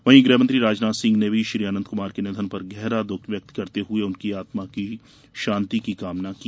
वहीं गृहमंत्री राजनाथ सिंह ने भी श्री अनंत कुमार के निधन पर गहरा द्ख व्यक्त करते हुए उनके आत्मा की शांति की कामना की